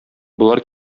болар